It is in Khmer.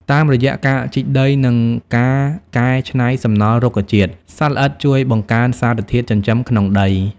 តាមរយៈការជីកដី និងការកែច្នៃសំណល់រុក្ខជាតិ សត្វល្អិតជួយបង្កើនសារធាតុចិញ្ចឹមក្នុងដី។